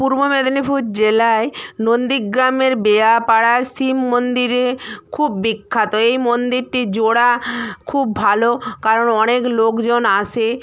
পূর্ব মেদিনীপুর জেলায় নন্দীগ্রামের বেয়া পাড়ার শিব মন্দিরে খুব বিখ্যাত এই মন্দিরটি জোড়া খুব ভালো কারণ অনেক লোকজন আসে